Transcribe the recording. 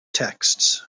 texts